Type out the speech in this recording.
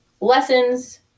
lessons